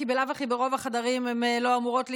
כי בלאו הכי ברוב החדרים הן לא אמורות להיכנס,